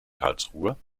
karlsruhe